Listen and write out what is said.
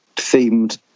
themed